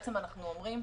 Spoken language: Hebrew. בעצם אנחנו אומרים